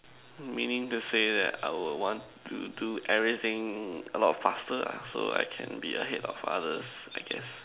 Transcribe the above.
meaning to say that I will want to do everything a lot faster ah so I can be ahead of others I guess